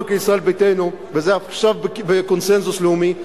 כישראל ביתנו וזה עכשיו בקונסנזוס לאומי,